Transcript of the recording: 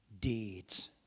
deeds